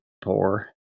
poor